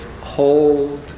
hold